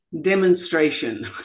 demonstration